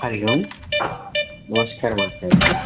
हरिः ओम् नमस्कारः आचार्य